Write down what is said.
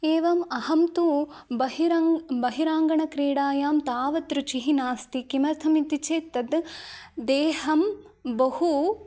एवम् अहं तु बहिरङ्ग बहिरङ्गणक्रीडायां तावत् रुचिः नास्ति किमर्थम् इति चेत् तद् देहं बहु